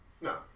No